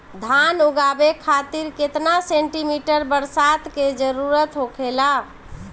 धान उगावे खातिर केतना सेंटीमीटर बरसात के जरूरत होखेला?